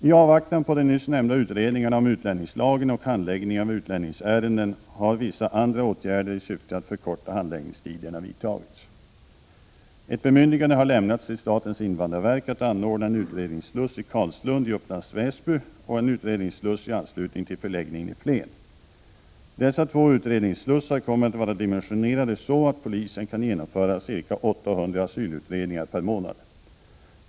I avvaktan på de nyss nämnda utredningarna om utlänningslagen och handläggningen av utlänningsärenden har vissa andra åtgärder i syfte att förkorta handläggningstiderna vidtagits. Ett bemyndigande har lämnats till statens invandrarverk att anordna en utredningssluss i Carlslund i Upplands Väsby och en utredningssluss i anslutning till förläggningen i Flen. Dessa två utredningsslussar kommer att vara dimensionerade så att polisen kan genomföra ca 800 asylutredningar per månad.